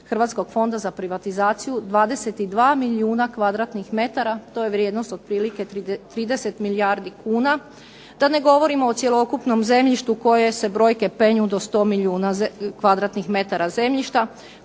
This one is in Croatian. Hrvatskog fonda za privatizaciju 22 milijuna kvadratnih metara to je vrijednost otprilike 30 milijardi kuna, da ne govorim o cjelokupnom zemljištu koje se brojke penju do sto milijuna kvadratnih metara zemljišta